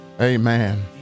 Amen